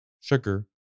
sugar